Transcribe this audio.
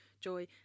joy